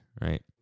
right